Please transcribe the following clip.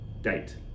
date